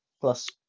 plus